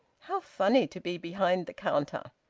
how funny to be behind the counter!